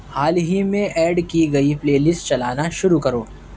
حال ہی میں ایڈ کی گئی پلے لسٹ چلانا شروع کرو